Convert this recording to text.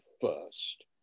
first